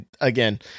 again